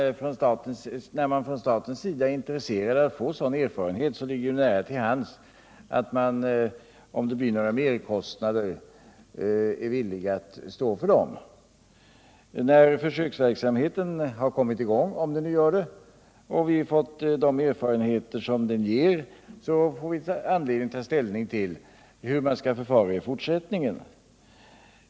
När man från statens sida är intresserad av att få en sådan erfarenhet, ligger det nära till hands att staten är villig att stå för de merkostnader som kan uppkomma. När försöksverksamheten har kommit i gång —- om den nu gör det — och vi fått de erfarenheter den ger, får vi anledning att ta ställning till hur man skall förfara i fortsättningen.